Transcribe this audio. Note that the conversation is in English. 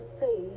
say